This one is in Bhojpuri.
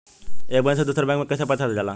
एक बैंक से दूसरे बैंक में कैसे पैसा जाला?